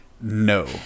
No